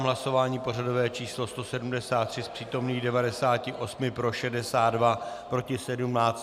Hlasování pořadové číslo 173, z přítomných 98 pro 62, proti 17.